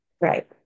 Right